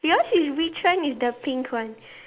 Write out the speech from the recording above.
yours is which one is the pink one